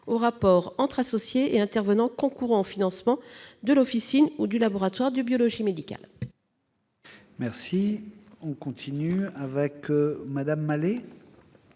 rapports entre associés et intervenants concourant au financement de l'officine ou du laboratoire de biologie médicale. La parole est à Mme Viviane Malet,